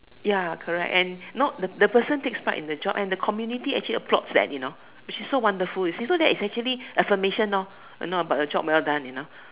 ya correct and know the the person takes part in the job and the community actually applauds that you know which is so wonderful you see so that is actually affirmation orh you know about a job well done you know